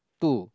two